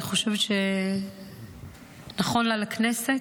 אני חושבת שנכון לה, לכנסת,